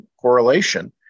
correlation